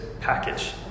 package